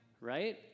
right